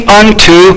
unto